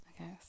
okay